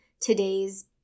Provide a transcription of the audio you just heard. today's